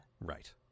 Right